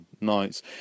nights